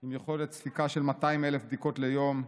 עם יכולת ספיקה של 200,000 בדיקות ליום,